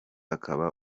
akaba